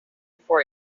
four